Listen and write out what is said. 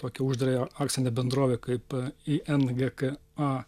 tokią uždarąją akcinę bendrovę kaip ikngka